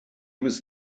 was